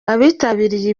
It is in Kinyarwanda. abitabiriye